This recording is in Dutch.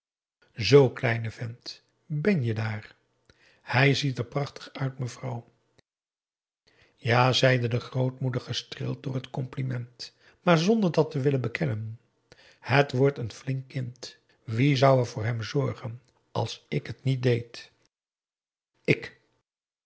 zoo kleine vent ben je daar hij ziet er prachtig uit mevrouw ja zeide de grootmoeder gestreeld door het compliment maar zonder dat te willen bekennen het wordt een flink kind wie zou er voor hem zorgen als ik het niet deed ik